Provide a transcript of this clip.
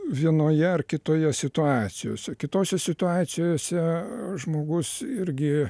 vienoje ar kitoje situacijose kitose situacijose žmogus irgi